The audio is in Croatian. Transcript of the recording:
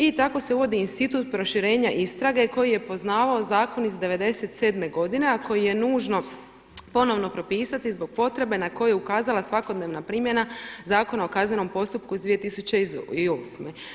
I tako se uvodi institut proširenja istrage koji je poznavao zakon iz 97. godine, a koji je nužno ponovno propisat zbog potrebe na koju je ukazala svakodnevna primjena Zakona o kaznenom postupku iz 2008.